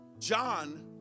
John